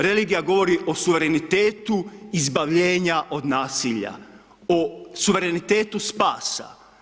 Religija govori o suverenitetu izbavljenja od nasilja, o suverenitetu spasa.